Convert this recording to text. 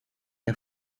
der